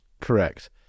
correct